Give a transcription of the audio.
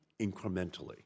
incrementally